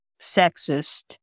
sexist